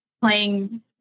playing